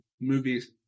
movies